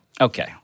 Okay